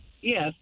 Yes